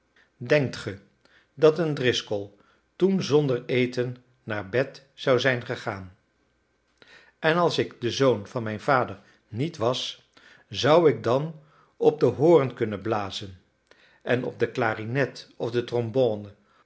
denkt ge dat een driscoll toen zonder eten naar bed zou zijn gegaan en als ik de zoon van mijn vader niet was zou ik dan op den horen kunnen blazen en op de klarinet of de trombône